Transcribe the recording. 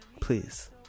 Please